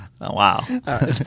Wow